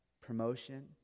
promotion